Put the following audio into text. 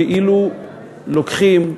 כאילו לוקחים,